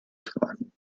tragen